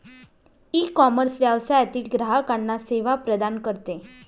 ecommerce व्यवसायातील ग्राहकांना सेवा प्रदान करते